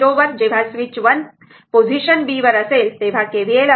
तर जेव्हा स्विच हे पोझिशन b वरती असेल तेव्हा हे सर्किट पहा